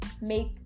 Make